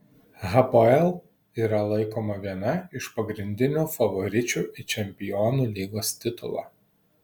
hapoel yra laikoma viena iš pagrindinių favoričių į čempionų lygos titulą